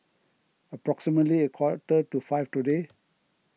approximately a quarter to five today